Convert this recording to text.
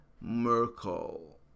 Merkel